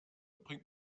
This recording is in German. bringt